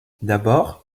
d’abord